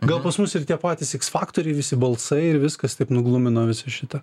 gal pas mus ir tie patys x faktoriai visi balsai ir viskas taip nuglumina visa šita